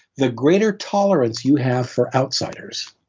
the greater tolerance you have for outsiders